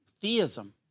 theism